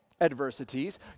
adversities